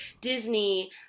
Disney